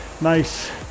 nice